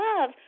love